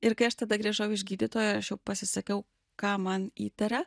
ir kai aš tada grįžau iš gydytojo aš jau pasisakiau ką man įtaria